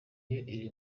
iri